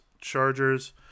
Chargers